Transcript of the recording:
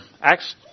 Acts